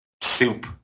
soup